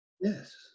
Yes